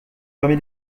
permet